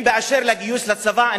באשר לגיוס לצבא,